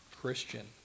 Christian